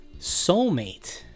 soulmate